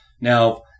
Now